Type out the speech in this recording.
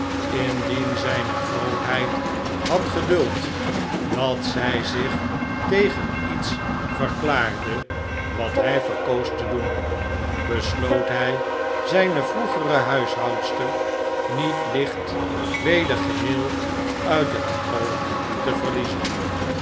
indien zijne grootheid had geduld dat zij zich tegen iets verklaarde wat hij verkoos te doen besloot hij zijne vroegere huishoudster niet licht weder geheel uit het oog te verliezen